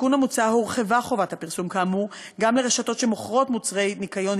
בתיקון המוצע הורחבה חובת הפרסום כאמור גם לרשתות שמוכרות מוצרי ניקיון,